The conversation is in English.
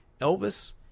Elvis